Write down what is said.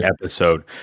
episode